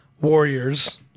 Warriors